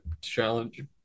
challenge